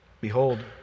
Behold